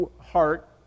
heart